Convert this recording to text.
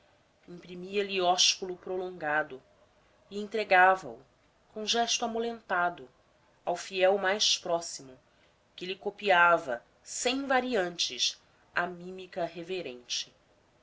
imprimia lhe ósculo prolongado e entregava o com gesto amolentado ao fiel mais próximo que lhe copiava sem variantes a mímica reverente